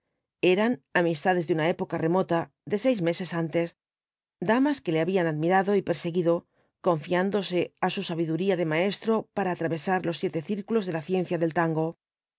eran amistades de una época remota de seis meses antes damas que le habían admirado y perseguido conflándose á su sabiduría de maestro para atravesar los siete círculos de la ciencia del tango le